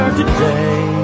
today